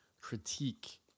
critique